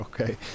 Okay